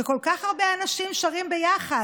שבו כל כך הרבה אנשים שרים ביחד?